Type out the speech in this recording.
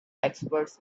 experts